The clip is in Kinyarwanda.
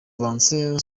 avance